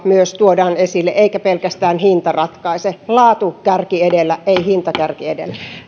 tuodaan esille eikä pelkästään hinta ratkaise laatukärki edellä ei hintakärki edellä